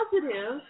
positive